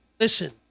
Listen